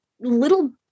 little